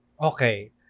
Okay